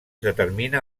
determina